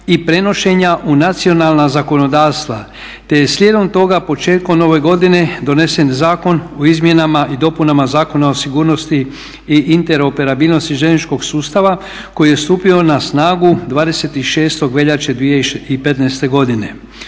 i prenošenja u nacionalna zakonodavstva te je slijedom toga početkom ove godine donesen Zakon o izmjenama i dopunama Zakona o sigurnosti i interoperabilnosti željezničkog sustava koji je stupio na snagu 26.veljače 2015.godine.